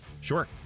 Sure